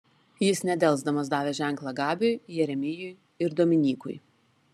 jis nedelsdamas davė ženklą gabiui jeremijui ir dominykui